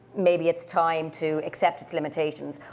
maybe it's time to accept its limitations,